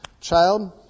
Child